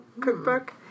cookbook